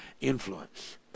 influence